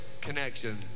Connection